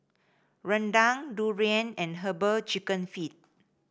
rendang durian and herbal chicken feet